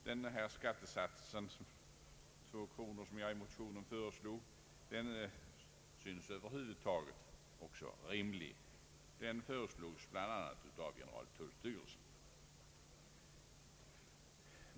Den skattesats på 2 kronor som jag i motionen föreslog synes över hu vud rimlig — den föreslogs bl.a. av generaltullstyrelsen.